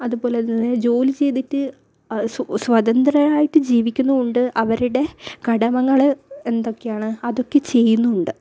അതുപോലെ തന്നെ ജോലി ചെയ്തിട്ട് അ സ്വ സ്വതന്ത്രരായിട്ട് ജീവിക്കുന്നുമുണ്ട് അവരുടെ കടമകൾ എന്തൊക്കെയാണ് അതൊക്കെ ചെയ്യുന്നുമുണ്ട്